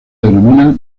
denominan